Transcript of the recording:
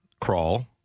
crawl